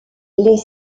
les